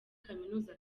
kaminuza